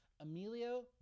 emilio